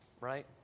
right